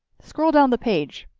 scroll down the page.